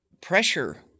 pressure